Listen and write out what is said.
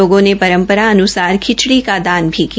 लोगों ने सरम्मरा के अन्सार खिचड़ी का दान भी किया